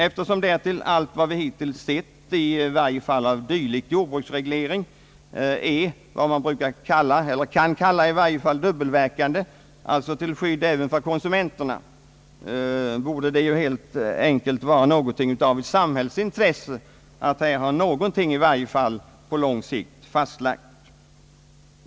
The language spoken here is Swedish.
Eftersom därtill allt vad vi hittills sett i varje fail av dylik jordbruksreglering är vad man kan kalla dubbelverkande — alltså skyddar även konsumenterna — borde det helt enkelt vara ett samhällsintresse att här ha åtminstone någonting fastlagt på lång sikt.